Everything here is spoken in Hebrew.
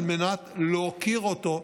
על מנת להוקיר אותו,